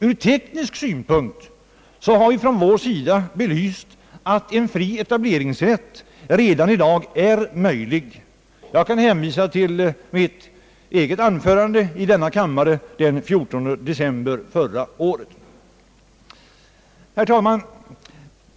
Ur teknisk synpunkt har vi belyst att en fri etableringsrätt redan i dag är möjlig. Jag kan hänvisa till mitt eget anförande i denna kammare den 14 december förra året. Herr talman!